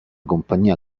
compagnia